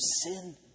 sin